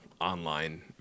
online